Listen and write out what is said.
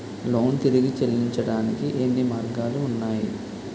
Loan తిరిగి చెల్లించటానికి ఎన్ని మార్గాలు ఉన్నాయి?